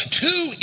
two